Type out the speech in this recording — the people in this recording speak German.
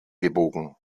gebogen